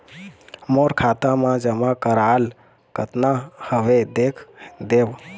मोर खाता मा जमा कराल कतना हवे देख देव?